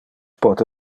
pote